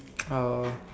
oh